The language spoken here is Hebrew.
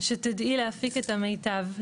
שתדעי להפיק את המיטב,